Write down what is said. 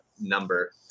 number